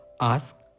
ask